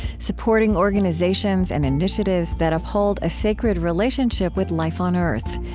supporting organizations and initiatives that uphold a sacred relationship with life on earth.